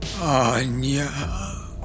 Anya